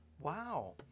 wow